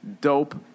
Dope